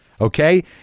Okay